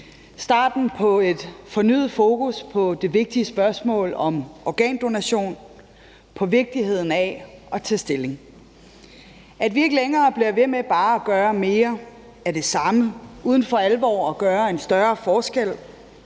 starten på et fornyet fokus på det vigtige spørgsmål om organdonation, på vigtigheden af at tage stilling – at vi ikke længere bliver ved med bare at gøre mere af det samme uden for alvor at gøre en større forskel,